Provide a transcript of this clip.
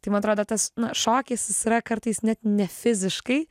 tai man atrodo tas na šokis jis yra kartais net ne fiziškai